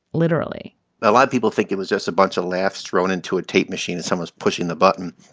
literally a lot of people think it was just a bunch of laughs thrown into a tape machine and someone's pushing the button.